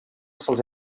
sols